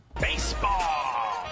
Baseball